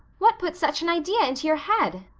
what put such an idea into your head?